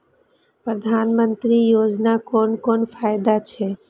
प्रधानमंत्री योजना कोन कोन फायदा छै?